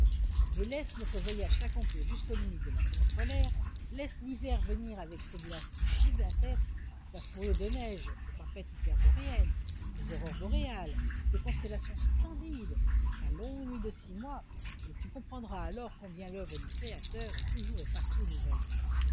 mais laisse notre voyage s'accomplir jusqu'aux limites de la mer polaire laisse l'hiver venir avec ses glaces gigantesques sa fourrure de neige ses tempêtes hyperboréennes ses aurores boréales ses constellations splendides sa longue nuit de six mois et tu comprendras alors combien l'oeuvre du créateur est toujours et partout nouvelle